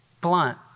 blunt